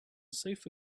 sofa